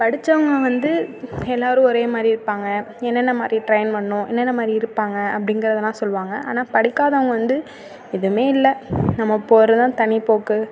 படித்தவங்க வந்து எல்லோரும் ஒரேமாதிரி இருப்பாங்க என்னென்ன மாதிரி ட்ரைன் பண்ணணும் என்னென்ன மாதிரி இருப்பாங்க அப்படிங்கிறதெல்லாம் சொல்வாங்க ஆனால் படிக்காதவங்க வந்து எதுவும் இல்லை நம்ம போகிறதுதான் தனிப்போக்கு